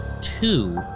two